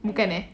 bukan eh